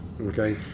Okay